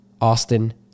Austin